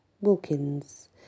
Wilkins